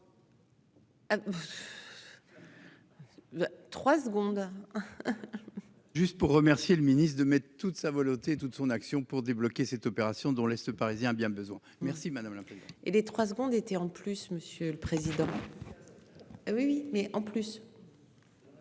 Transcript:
3 secondes. Juste pour remercier le ministre de mettre toute sa volonté toute son action pour débloquer cette opération dans l'Est parisien bien besoin. Merci madame la. Et les trois secondes était en plus monsieur le président. Oui oui mais en plus.